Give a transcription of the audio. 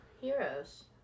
heroes